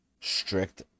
strict